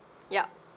yup